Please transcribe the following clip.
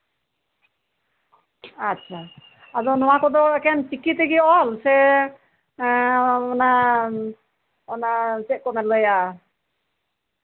ᱟᱫᱚ ᱚᱱᱟ ᱠᱚᱫᱚ ᱮᱠᱮᱱ ᱪᱤᱠᱤ ᱛᱮᱜᱮ ᱚᱞ ᱥᱮ ᱚᱱᱟ ᱚᱱᱟ ᱪᱮᱫ ᱠᱚ ᱞᱟᱹᱭᱟ